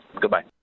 Goodbye